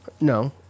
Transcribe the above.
no